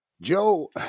Joe